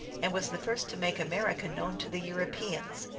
and was the first to make america known to the europeans.